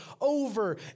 over